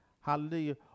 hallelujah